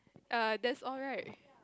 err that's all right